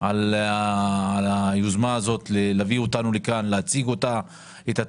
על היוזמה הזאת להביא אותנו לכאן ולהציג את התכנית.